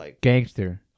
Gangster